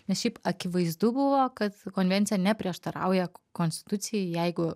nes šiaip akivaizdu buvo kad konvencija neprieštarauja konstitucijai jeigu